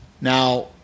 Now